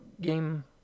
game